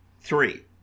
Three